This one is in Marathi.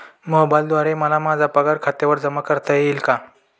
मोबाईलद्वारे मला माझा पगार खात्यावर जमा करता येईल का?